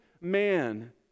man